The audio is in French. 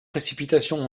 précipitations